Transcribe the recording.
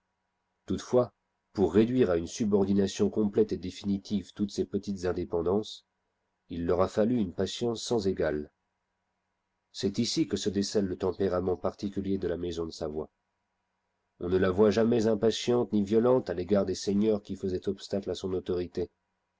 toutefois pour réduire à une subordination complète et définitive toutes ces petites indépendances il leur a fallu une patience sans égale c'est ici que se décèle le tempérament particulier de la maison de savoie on ne la voit jamais impatiente ni violente à l'égard des seigneurs qui faisaient obstacle à son autorité